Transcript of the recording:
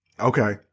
Okay